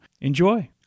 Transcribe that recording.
enjoy